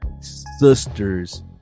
sister's